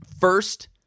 first